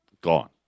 Gone